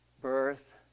birth